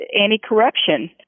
anti-corruption